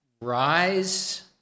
rise